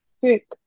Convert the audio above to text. Sick